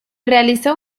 realizó